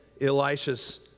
Elisha's